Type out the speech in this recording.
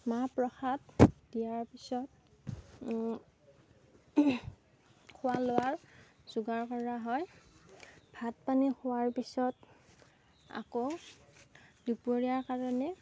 মাহ প্ৰসাদ দিয়াৰ পিছত খোৱা লোৱাৰ যোগাৰ কৰা হয় ভাত পানী খোৱাৰ পিছত আকৌ দুপৰীয়া কাৰণে